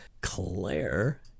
Claire